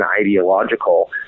ideological